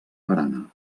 barana